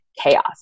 chaos